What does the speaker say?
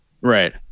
Right